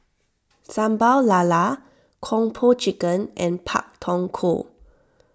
Sambal Lala Kung Po Chicken and Pak Thong Ko